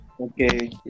Okay